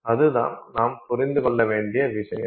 அதுதான் நாம் புரிந்து கொள்ள வேண்டிய விஷயம்